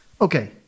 Okay